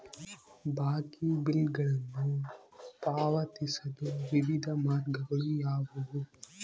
ಬಾಕಿ ಬಿಲ್ಗಳನ್ನು ಪಾವತಿಸಲು ವಿವಿಧ ಮಾರ್ಗಗಳು ಯಾವುವು?